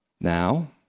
Now